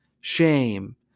shame